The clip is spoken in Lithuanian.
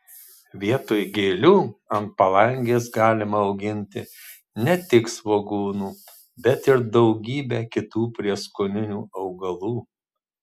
vietoj gėlių ant palangės galima auginti ne tik svogūnų bet ir daugybę kitų prieskoninių augalų